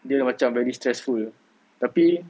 dia macam lagi stressful tapi